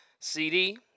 CD